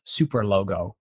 SuperLogo